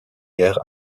guerre